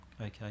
okay